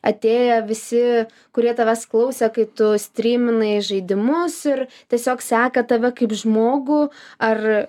atėję visi kurie tavęs klausė kai tu stryminai žaidimus ir tiesiog seka tave kaip žmogų ar